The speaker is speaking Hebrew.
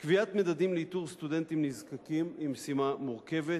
קביעת מדדים לאיתור סטודנטים נזקקים היא משימה מורכבת.